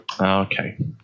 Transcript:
okay